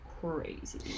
crazy